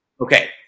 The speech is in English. Okay